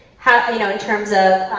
you know, in terms of